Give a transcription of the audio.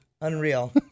Unreal